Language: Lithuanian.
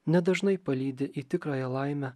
nedažnai palydi į tikrąją laimę